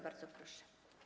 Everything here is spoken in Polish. Bardzo proszę.